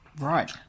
Right